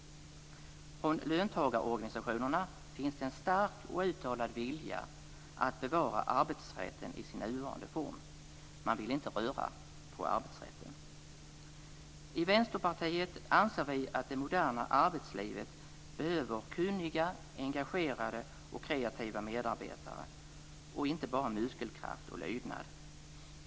Från löntagarorganisationerna finns det en stark och uttalad vilja att bevara arbetsrätten i sin nuvarande form. Man vill inte röra arbetsrätten. I Vänsterpartiet anser vi att det moderna arbetslivet behöver kunniga, engagerade och kreativa medarbetare, inte bara muskelkraft och lydnad.